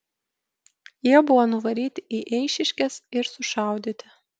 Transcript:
jie buvo nuvaryti į eišiškes ir sušaudyti